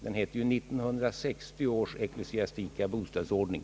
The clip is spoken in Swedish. Den heter ju 1960 års ecklesiastika boställsutredning.